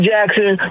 Jackson